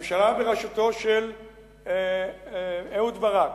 הממשלה בראשותו של אהוד ברק,